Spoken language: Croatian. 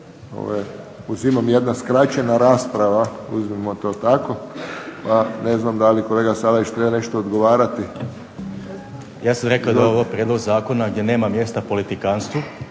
se./… jedna skraćena rasprava, uzmimo to tako, pa ne znam da li kolega Salapić treba nešto odgovarati. **Salapić, Josip (HDZ)** Ja sam rekao da je ovo prijedlog zakona gdje nema mjesta politikantstvu,